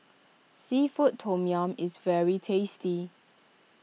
Seafood Tom Yum is very tasty